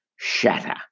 shatter